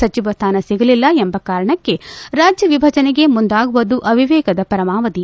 ಸಚವ ಸ್ಥಾನ ಸಿಗಲಿಲ್ಲ ಎಂಬ ಕಾರಣಕ್ಕೆ ರಾಜ್ಯ ವಿಭಜನೆಗೆ ಮುಂದಾಗುವುದು ಅವಿವೇಕದ ಪರಮಾವಧಿ